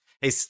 hey